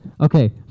Okay